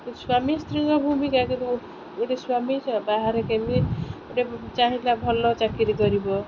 ସ୍ୱାମୀ ସ୍ତ୍ରୀଙ୍କ ଭୂମିକା କିନ୍ତୁ ଗୋଟେ ସ୍ଵାମୀ ବାହାରେ କେମିତି ଚାହିଁଲା ଭଲ ଚାକିରୀ କରିବ